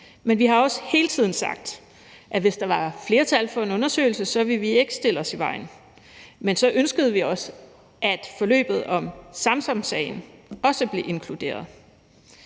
Vi har også hele tiden sagt, at hvis der var flertal for en undersøgelse, ville vi ikke stille os i vejen, men så ønskede vi også, at forløbet omkring Samsam-sagen også blev inkluderet.